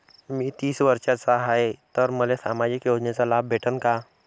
मी तीस वर्षाचा हाय तर मले सामाजिक योजनेचा लाभ भेटन का?